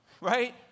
right